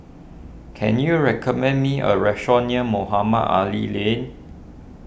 can you recommend me a restaurant near Mohamed Ali Lane